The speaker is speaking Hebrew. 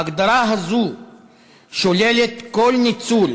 ההגדרה הזאת שוללת כל ניצול,